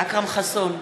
אכרם חסון,